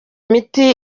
imiti